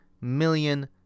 million